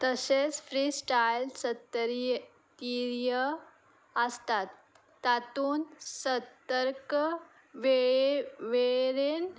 तशेंच फ्रिस्टायल सत्तरीय तीर्य आसतात तातून सतर्क वेळे वेळेरेन